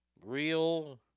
real